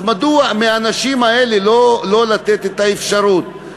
אז מדוע לנשים האלה לא לתת את האפשרות?